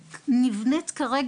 ויש 14 כאלה,